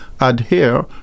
adhere